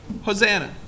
Hosanna